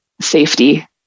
safety